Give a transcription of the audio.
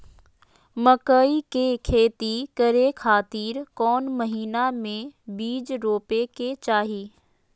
मकई के खेती करें खातिर कौन महीना में बीज रोपे के चाही?